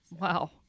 Wow